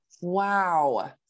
Wow